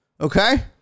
Okay